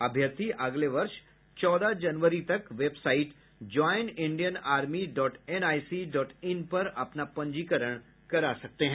अभ्यर्थी अगले वर्ष चौदह जनवरी तक website join Indian army dot NIC dot in पर अपना पंजीकरण करा सकते हैं